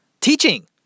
Teaching